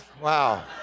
Wow